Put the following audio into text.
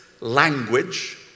language